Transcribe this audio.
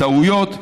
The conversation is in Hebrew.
טעויות,